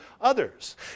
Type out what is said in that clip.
others